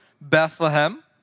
Bethlehem